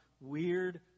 weird